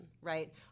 right